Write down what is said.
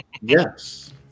Yes